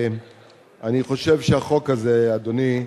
אני חושב שהחוק הזה, אדוני,